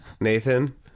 Nathan